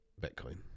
Bitcoin